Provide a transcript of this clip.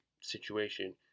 situation